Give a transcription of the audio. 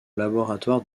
laboratoire